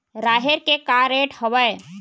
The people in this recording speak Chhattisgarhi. राहेर के का रेट हवय?